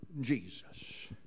Jesus